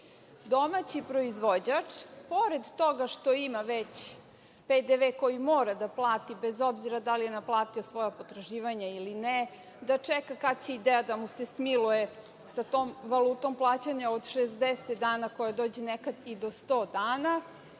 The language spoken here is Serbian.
Domaći proizvođač pored toga što ima već PDV koji mora da plati bez obzira da li je naplatio svoja potraživanja ili ne, da čeka kada će „Idea“ da mu se smilluje sa tom valutom plaćanja od 60 dana koja dođe nekad i do 100 dana,